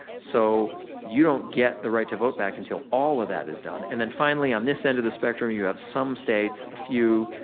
so, you don't get the right to vote back until all of that is done. and then finally on this end of the spectrum, you have some states, a few,